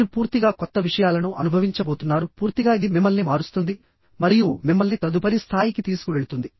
మీరు పూర్తిగా కొత్త విషయాలను అనుభవించబోతున్నారు పూర్తిగా ఇది మిమ్మల్ని మారుస్తుంది మరియు మిమ్మల్ని తదుపరి స్థాయికి తీసుకువెళుతుంది